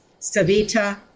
Savita